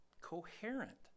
coherent